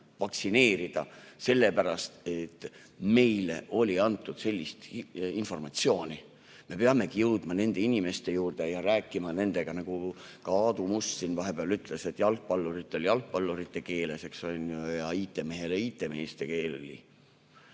vaktsineerida, sellepärast et meile oli antud sellist informatsiooni. Me peamegi jõudma nende inimeste juurde ja rääkima nendega, nagu ka Aadu Must siin vahepeal ütles, et jalgpallurile jalgpallurite keeles ja IT-mehele IT-meeste keeles.